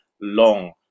long